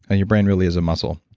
and your brain really is a muscle,